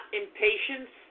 impatience